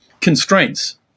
constraints